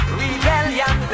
rebellion